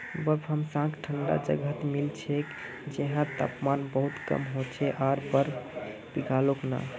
बर्फ हमसाक ठंडा जगहत मिल छेक जैछां तापमान बहुत कम होके आर बर्फ पिघलोक ना